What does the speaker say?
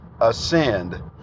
ascend